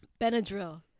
Benadryl